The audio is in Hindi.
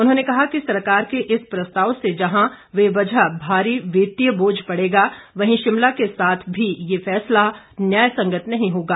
उन्होंने कहा कि सरकार के इस प्रस्ताव से जहां बेवजह भारी वित्तीय बोझ पड़ेगा वहीं शिमला के साथ भी ये फैसला न्याय संगत नहीं होगा